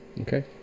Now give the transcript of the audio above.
okay